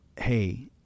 Hey